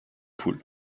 poule